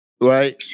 right